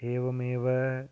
एवमेव